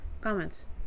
comments